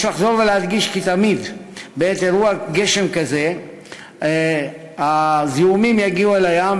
יש לחזור ולהדגיש כי תמיד בעת אירוע גשם כזה הזיהומים יגיעו אל הים,